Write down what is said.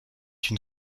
une